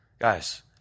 Guys